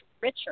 richer